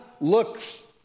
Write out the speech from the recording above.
looks